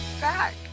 back